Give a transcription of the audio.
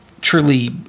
truly